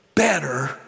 Better